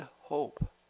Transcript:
hope